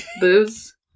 Booze